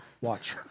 Watch